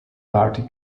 party